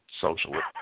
socialist